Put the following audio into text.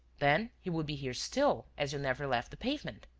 then he would be here still, as you never left the pavement.